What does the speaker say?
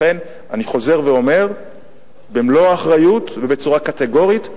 לכן אני חוזר ואומר במלוא האחריות ובצורה קטגורית: